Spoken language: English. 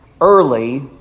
early